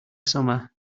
summer